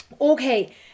Okay